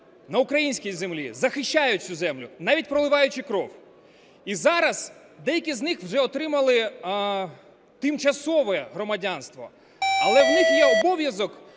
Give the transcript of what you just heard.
на українській землі, захищають цю землю, навіть проливаючи кров. І зараз деякі з них вже отримали тимчасове громадянство, але у них є обов'язок